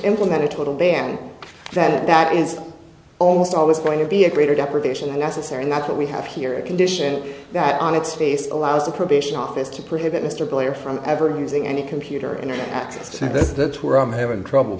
implement a total ban that is almost always going to be a greater deprivation unnecessary and that's what we have here a condition that on its face allows the probation office to prohibit mr blair from ever using any computer internet access to this that's where i'm having trouble